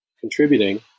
contributing